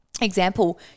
example